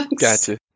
Gotcha